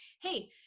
hey